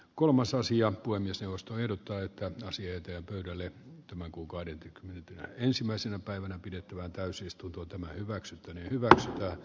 kolmas asia kuin myös neuvosto ehdottaa että asioita hoidelle tämän kuukauden ensimmäisenä päivänä pidettävään täysistunto tämä hyväksyttiin ja hyvä